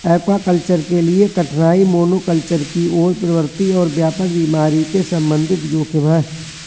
aquaculture के लिए कठिनाई मोनोकल्चर की ओर प्रवृत्ति और व्यापक बीमारी के संबंधित जोखिम है